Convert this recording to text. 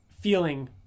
feeling